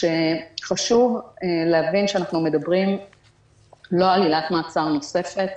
חשוב להבין שאנחנו לא מדברים על עילת מעצר נוספת.